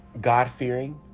God-fearing